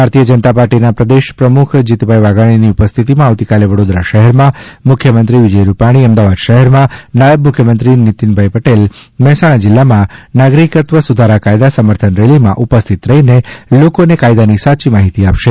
ભારતીય જનતા પાર્ટીના પ્રદેશ પ્રમુખ શ્રી જીતુભાઇ વાઘાણીની ઉપસ્થિતીમાં આવતીકાલે વડોદરા શહેરમાં મુખ્યમંત્રી શ્રી વિજયભાઇ રૂપાણી અમદાવાદ શહેરમાં નાયબ મુખ્યમંત્રી શ્રી નિતિનભાઇ પટેલ મહેસાણા જીલ્લામાં નાગરિકતા સંશોધન કાયદા સમર્થન રેલીમાં ઉપસ્થિત રહીને લોકોને કાયદાની સાચી માહિતી આપશે